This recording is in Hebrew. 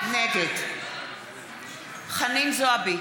נגד חנין זועבי,